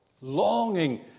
longing